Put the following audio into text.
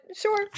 sure